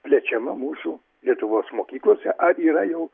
plečiama mūsų lietuvos mokyklose ar yra jau